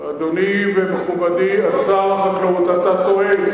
אדוני ומכובדי השר שמחון, אתה טועה.